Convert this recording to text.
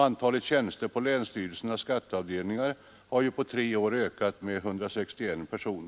Antalet tjänster på länsstyrelsernas skatteavdelningar har på tre år ökat med 161.